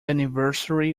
anniversary